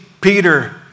Peter